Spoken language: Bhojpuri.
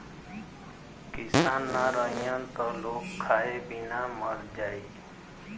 किसान ना रहीहन त लोग खाए बिना मर जाई